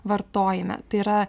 vartojime tai yra